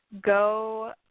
go –